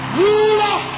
ruler